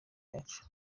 yacu